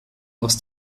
aus